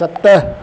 सत